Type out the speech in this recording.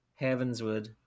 Heavenswood